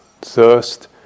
thirst